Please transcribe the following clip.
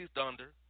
Thunder